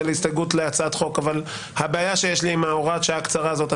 הסתייגות להצעת חוק הבעיה שיש לי עם הוראת השעה הקצרה הזאת,